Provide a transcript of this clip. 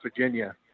Virginia